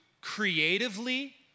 creatively